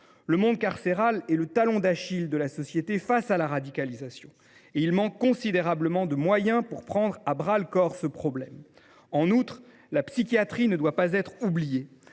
Le monde carcéral est le talon d’Achille de la société face à la radicalisation ; il manque considérablement de moyens pour prendre ce problème à bras le corps. En outre, la psychiatrie ne doit pas être oubliée.